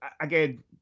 again